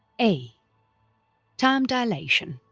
a time dilation